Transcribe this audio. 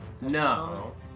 No